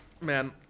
man